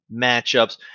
matchups